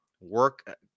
work